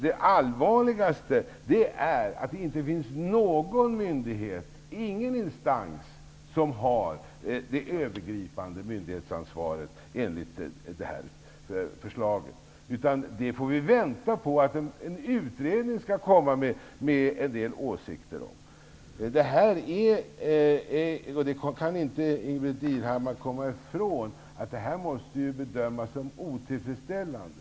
Det allvarligaste är att det inte finns någon myndighet, någon instans, som har det övergripande myndighetsansvaret enligt det här förslaget. Vi får vänta på att en utredning skall komma med en del åsikter om detta. Ingbritt Irhammar kan inte komma ifrån att det måste bedömas som otillfredsställande.